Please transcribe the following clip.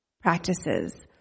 practices